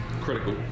Critical